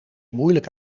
moeilijk